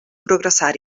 progressar